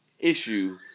issue